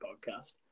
podcast